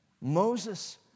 Moses